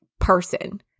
person